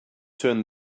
turn